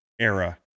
era